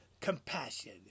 compassion